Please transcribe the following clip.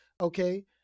okay